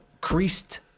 creased